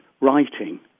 writing